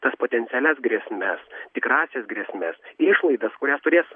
tas potencialias grėsmes tikrąsias grėsmes išlaidas kurias turės